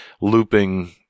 looping